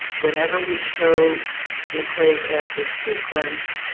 whenever we show nucleic acid sequence,